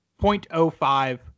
0.05